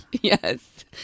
Yes